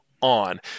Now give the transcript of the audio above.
on